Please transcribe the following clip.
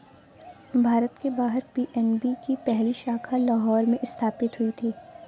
भारत के बाहर पी.एन.बी की पहली शाखा लाहौर में स्थापित हुई थी